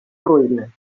ruïna